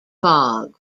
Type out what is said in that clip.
fog